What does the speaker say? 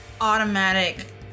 automatic